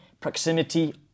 proximity